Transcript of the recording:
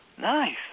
Nice